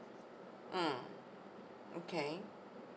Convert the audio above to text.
mm okay